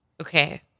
Okay